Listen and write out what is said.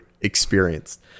experienced